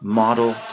model